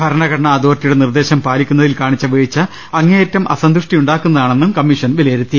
ഭരണഘ ടനാ അതോറിറ്റിയുടെ നിർദ്ദേശം പാലിക്കുന്നതിൽ കാണിച്ച വീഴ്ച അങ്ങേ യറ്റം അസന്തുഷ്ടിയുണ്ടാക്കുന്നതാണെന്ന് കമ്മിഷൻ വിലയിരുത്തി